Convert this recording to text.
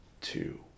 two